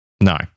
No